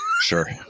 sure